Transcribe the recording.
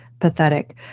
pathetic